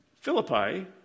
Philippi